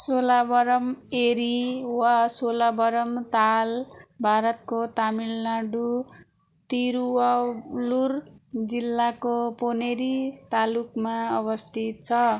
सोलावरम एरी वा सोलावरम ताल भारतको तमिलनाडु तिरुवल्लुर जिल्लाको पोनेरी तालुकमा अवस्थित छ